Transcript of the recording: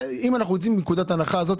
אם נצא מנקודת ההנחה הזאת,